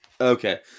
Okay